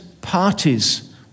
parties